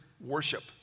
worship